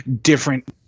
different